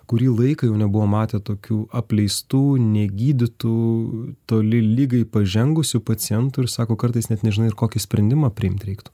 kurį laiką jau nebuvo matę tokių apleistų negydytų toli ligai pažengusių pacientų ir sako kartais net nežinai ir kokį sprendimą priimti reiktų